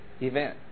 event